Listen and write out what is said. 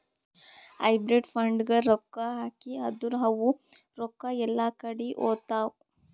hybrid ಫಂಡ್ನಾಗ್ ರೊಕ್ಕಾ ಹಾಕಿ ಅಂದುರ್ ಅವು ರೊಕ್ಕಾ ಎಲ್ಲಾ ಕಡಿ ಹೋತ್ತಾವ್